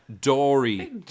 Dory